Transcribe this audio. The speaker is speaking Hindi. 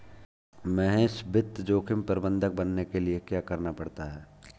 महेश वित्त जोखिम प्रबंधक बनने के लिए क्या करना पड़ता है?